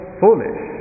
foolish